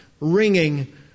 ringing